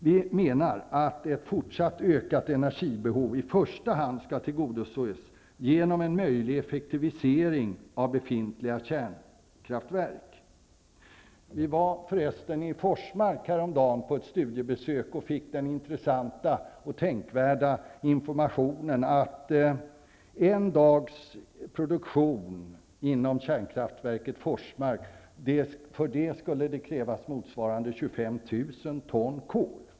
Vi menar att ett fortsatt ökat energibehov i första hand skall tillgodoses genom en möjlig effektivisering av befintliga kärnkraftverk. Vi var förresten i Forsmark häromdagen på ett studiebesök och fick den intressanta och tänkvärda informationen, att för motsvarande en dags produktion vid kärnkraftverket i Forsmark skulle det krävas 25 000 ton kol.